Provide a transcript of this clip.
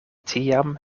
tiam